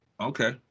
Okay